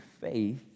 faith